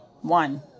One